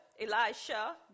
Elijah